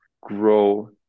grow